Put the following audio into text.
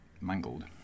mangled